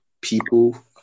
people